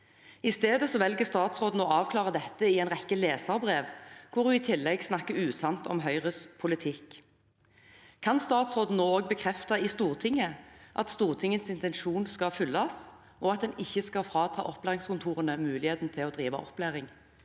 I stedet velger statsråden å avklare dette i en rekke leserbrev, hvor hun i tillegg snakker usant om Høyres politikk. Kan statsråden nå også bekrefte i Stortinget at Stortingets intensjon skal følges, og at en ikke skal frata opplæringskontorene muligheten til å drive opplæring?»